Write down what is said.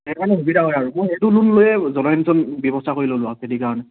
সেইকাৰণে সুবিধা হয় আৰু মই এইটো লোন লৈয়ে জলসিঞ্চন ব্যৱস্থা কৰি ল'লোঁ আৰু খেতিৰ কাৰণে